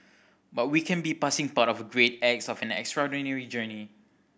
but we can be passing part of the great acts of an extraordinary journey